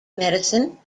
medicine